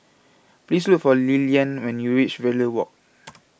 Please Look For Lilyan when YOU REACH Verde Walk